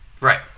Right